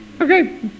Okay